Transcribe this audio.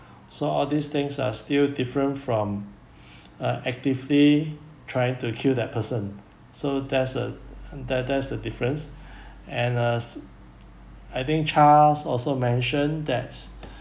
so all these things are still different from uh actively trying to kill that person so there's uh there there's the difference and us I think charles also mentioned that